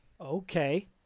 Okay